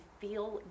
feel